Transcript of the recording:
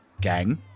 gang